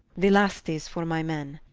the last is for my men,